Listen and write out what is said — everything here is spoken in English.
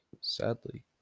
Sadly